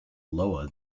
lower